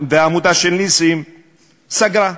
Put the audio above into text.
סגרה.